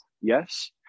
Yes